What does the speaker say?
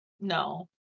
no